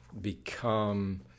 become